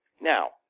Now